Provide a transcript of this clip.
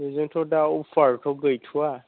बेजोंथ' दा अफारथ' गैथवा